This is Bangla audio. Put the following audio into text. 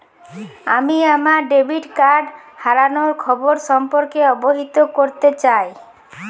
আমি আমার ডেবিট কার্ড হারানোর খবর সম্পর্কে অবহিত করতে চাই